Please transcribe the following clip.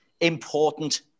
important